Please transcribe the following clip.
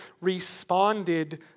responded